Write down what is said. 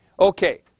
Okay